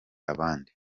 abandi